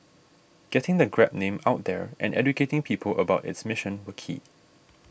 getting the Grab name out there and educating people about its mission were key